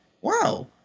Wow